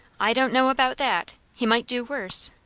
i don't know about that. he might do worse.